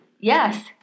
Yes